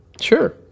Sure